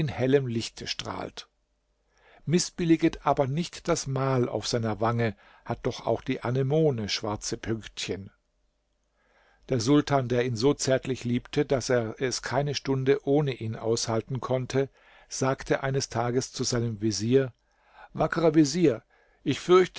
hellem lichte strahlt mißbilliget aber nicht das mal auf seiner wange hat doch auch die anemone schwarze pünktchen der sultan der ihn so zärtlich liebte daß er es keine stunde ohne ihn aushalten konnte sagte eines tages zu seinem vezier wackerer vezier ich fürchte